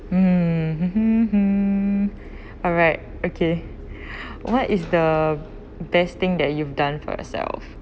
mmhmm hmm hmm hmm hmm alright okay what is the best thing that you've done for yourself